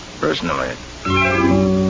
personally